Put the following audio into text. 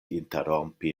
interrompi